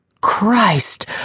Christ